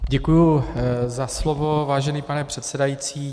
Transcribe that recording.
Děkuji za slovo, vážený pane předsedající.